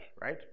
Right